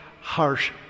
harsh